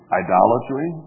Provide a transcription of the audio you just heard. idolatry